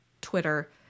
Twitter